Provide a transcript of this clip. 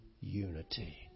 unity